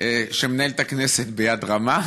שמנהל את הכנסת ביד רמה,